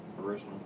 original